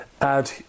add